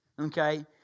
okay